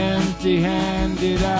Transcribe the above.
Empty-handed